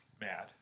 mad